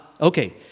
okay